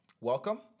welcome